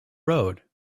road